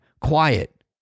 quiet